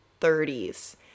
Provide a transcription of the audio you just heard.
30s